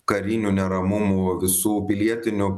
karinių neramumų visų pilietinių